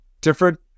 different